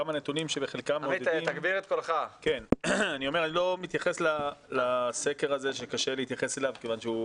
אני לא מתייחס לסקר הזה שקשה להתייחס אליו כיוון שהוא